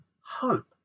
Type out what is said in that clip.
hope